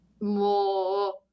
more